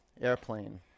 airplane